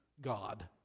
God